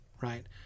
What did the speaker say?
right